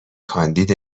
کاندید